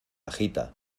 agita